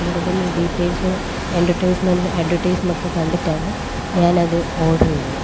കൂടുതൽ ഡീറ്റെയിൽസ് എൻ്റർടൈസ്മെൻറ്റ് അഡ്വെർടൈസ്മെൻ്റ് ഒക്കെ കണ്ടിട്ടാണ് ഞാനത് ഓർഡർ ചെയ്തത്